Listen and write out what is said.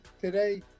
Today